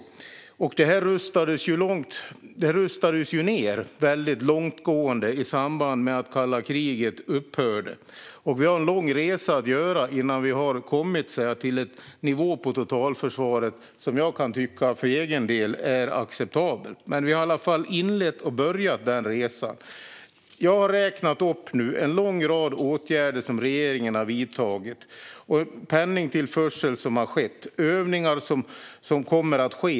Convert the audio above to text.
Totalförsvaret rustades ned mycket långtgående i samband med att kalla kriget upphörde, och jag kan för egen del tycka att vi har en lång resa att göra innan vi har kommit till en nivå på totalförsvaret som är acceptabel. Men vi har i alla fall inlett och påbörjat den resan. Jag har nu räknat upp en lång rad åtgärder som regeringen har vidtagit, penningtillförsel som har skett och övningar som kommer att ske.